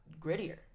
grittier